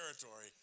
territory